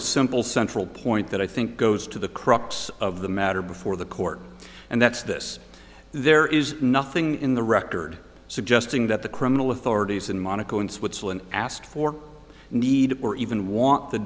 a simple central point that i think goes to the crux of the matter before the court and that's this there is nothing in the record suggesting that the criminal authorities in monaco in switzerland asked for need or even want the